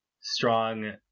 strong